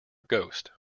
ghost